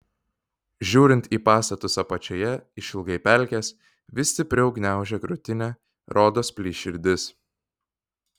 žiūrint į pastatus apačioje išilgai pelkės vis stipriau gniaužia krūtinę rodos plyš širdis